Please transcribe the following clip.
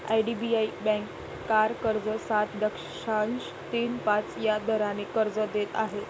IDBI bank car कर्ज सात दशांश तीन पाच या दराने कर्ज देत आहे